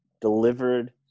delivered